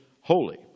holy